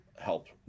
help